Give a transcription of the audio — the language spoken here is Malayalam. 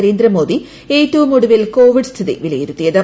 നരേന്ദ്രമോദി ഏറ്റവും ഒടുവിൽ കോവിഡ് സ്ഥിതി വിലയിരുത്തിയത്